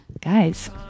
guys